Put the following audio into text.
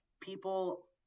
people